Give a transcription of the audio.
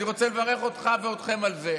אני רוצה לברך אותך ואתכם על זה.